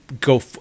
go